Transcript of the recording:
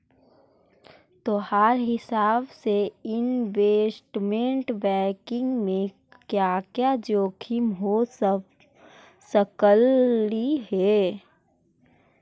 तोहार हिसाब से इनवेस्टमेंट बैंकिंग में क्या क्या जोखिम हो सकलई हे